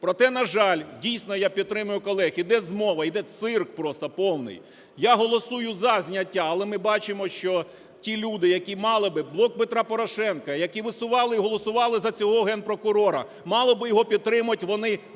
Проте, на жаль, дійсно, я підтримую колег, іде змова, іде цирк просто повний. Я голосую за зняття, але ми бачимо, що ті люди, які мали би… "Блок Петра Порошенка", які висували й голосували за цього Генпрокурора, мали би його підтримати, вони демонстративно